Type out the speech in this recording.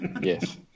Yes